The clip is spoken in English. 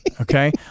Okay